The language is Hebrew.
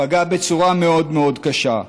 בצורה מאוד מאוד קשה.